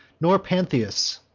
nor, pantheus,